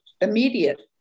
immediate